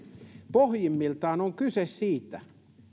pohjimmiltaan on kyse siitä